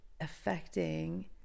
affecting